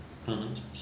mmhmm